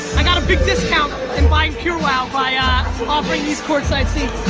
i got a big discount in buying purewow by ah offering these court side seats.